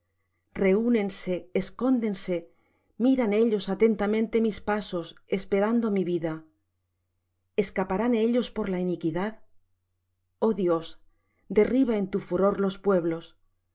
reúnense escóndense miran ellos atentamente mis pasos esperando mi vida escaparán ellos por la iniquidad oh dios derriba en tu furor los pueblos